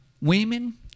Women